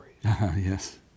Yes